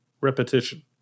repetition